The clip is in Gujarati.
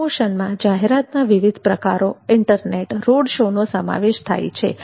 પ્રમોશનમાં જાહેરાતના વિવિધ પ્રકારો ઇન્ટરનેટ રોડ શો નો સમાવેશ થાય છે